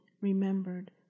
remembered